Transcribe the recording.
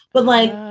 but like,